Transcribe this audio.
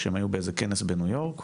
כשהם היו באיזשהו כנס בניו-יורק,